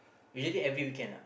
usually every weekend ah